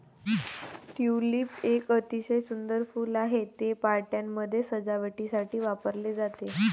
tulip एक अतिशय सुंदर फूल आहे, ते पार्ट्यांमध्ये सजावटीसाठी वापरले जाते